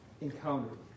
encountered